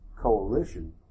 coalition